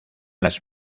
las